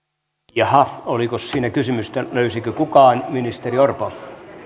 jaha oliko siinä kysymystä löysikö kukaan ministeri orpo